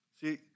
See